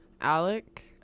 alec